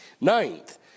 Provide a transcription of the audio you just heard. Ninth